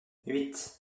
huit